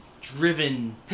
driven